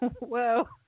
whoa